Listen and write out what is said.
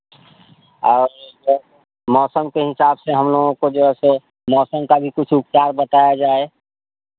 और जो मौसम के हिसाब से हम लोगों को जैसे मौसम का भी कुछ उपचार बताया जाए